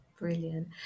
brilliant